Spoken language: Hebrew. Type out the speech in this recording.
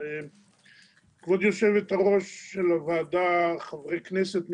כבוד יושבת-ראש הוועדה, חברי כנסת נכבדים,